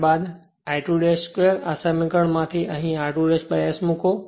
ત્યારબાદ I2 2 આ સમીકરણ માથી અહીં r2 s મૂકો